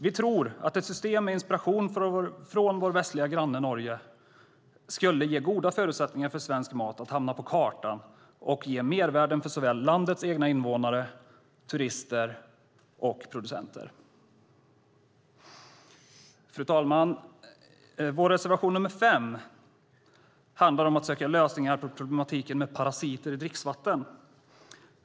Vi tror att ett system med inspiration från vår västliga granne Norge skulle ge goda förutsättningar för svensk mat att hamna på kartan och ge mervärden för såväl landets egna invånare som turister och producenter. Fru talman! Vår reservation nr 5 handlar om att söka lösning på problematiken med parasiter i dricksvatten.